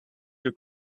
your